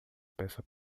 peça